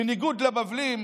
בניגוד לבבלים